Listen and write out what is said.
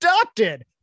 adopted